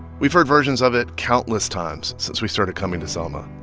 we've heard versions of it countless times since we started coming to selma.